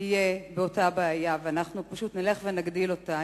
יהיה באותה בעיה, ואנחנו פשוט נלך ונגדיל אותה.